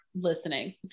listening